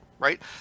Right